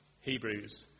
Hebrews